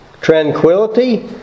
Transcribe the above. tranquility